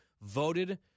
voted